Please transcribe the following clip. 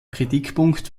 kritikpunkt